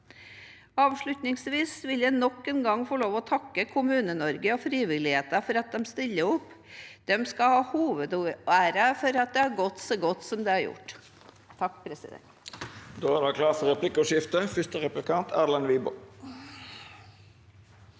Avslutningsvis vil jeg nok en gang få lov å takke Kommune-Norge og frivilligheten for at de stiller opp. De skal ha hovedæren for at det har gått så godt som det har gjort.